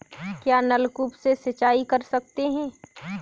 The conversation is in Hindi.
क्या नलकूप से सिंचाई कर सकते हैं?